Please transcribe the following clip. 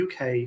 UK